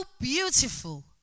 beautiful